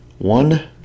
One